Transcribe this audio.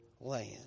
land